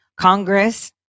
Congress